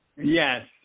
Yes